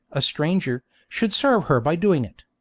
a stranger, should serve her by doing it.